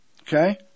Okay